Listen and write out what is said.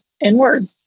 inward